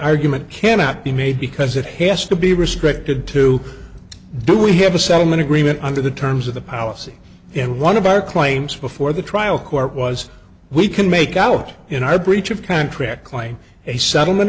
argument cannot be made because it has to be restricted to do we have a settlement agreement under the terms of the policy and one of our claims before the trial court was we can make out in our breach of contract claim a settlement